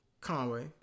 Conway